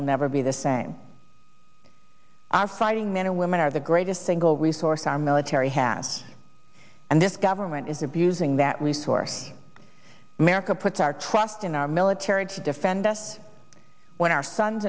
will never be the same our fighting men and women are the greatest single resource our military has and this government is abusing that resource america puts our trust in our military to defend us when our sons